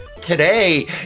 Today